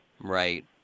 Right